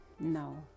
No